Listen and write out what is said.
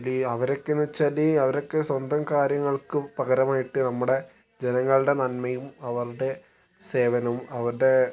ഇതിൽ അവരോക്കെ എന്ന് വെച്ചാൽ അവരൊക്കെ സ്വന്തം കാര്യങ്ങൾക്കും പകരമായിട്ട് നമ്മുടെ ജനങ്ങളുടെ നന്മയും അവരുടെ സേവനവും അവരുടെ